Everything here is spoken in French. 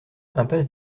impasse